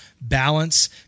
balance